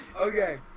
Okay